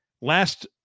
last